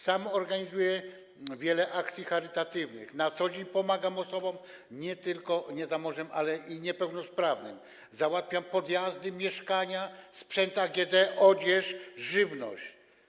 Sam organizuję wiele akcji charytatywnych, na co dzień pomagam osobom nie tylko niezamożnym, ale i niepełnosprawnym, załatwiam podjazdy, mieszkania, sprzęt AGD, odzież, żywność.